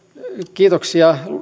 kiitoksia